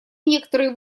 некоторые